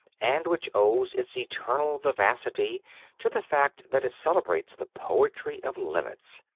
and which owes its eternal vivacity to the fact that it celebrates the poetry of limits,